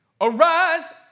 arise